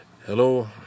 Hello